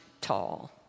tall